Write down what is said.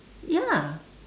ya